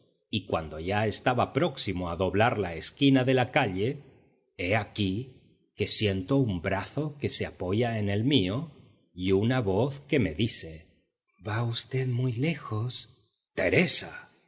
y cuando ya estaba próximo a doblar la esquina de la calle he aquí que siento un brazo que se apoya en el mío y una voz que me dice va v muy lejos teresa